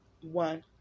one